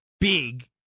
big